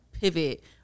pivot